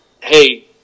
Hey